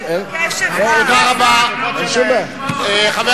אנחנו מקשיבים בקשב רב.